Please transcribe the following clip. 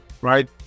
right